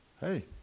hey